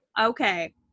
Okay